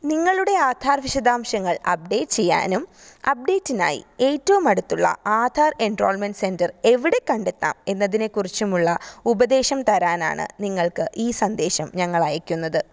നിങ്ങളുടെ ആധാര് വിശദാംശങ്ങള് അപ്ഡേറ്റ് ചെയ്യാനും അപ്ഡേറ്റിനായി ഏറ്റവും അടുത്തുള്ള ആധാര് എൻട്രോൾമെൻ്റ് സെൻ്റർ എവിടെ കണ്ടെത്താം എന്നതിനെക്കുറിച്ചുമുള്ള ഉപദേശം തരാനാണ് നിങ്ങള്ക്ക് ഈ സന്ദേശം ഞങ്ങളയക്കുന്നത്